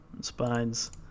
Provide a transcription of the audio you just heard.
spines